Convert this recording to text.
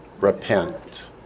Repent